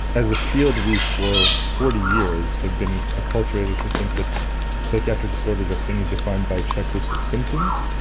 as a field we for forty years have been acculturated to think that psychiatric disorders are things defined by checklists of symptoms,